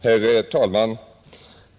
Herr talman!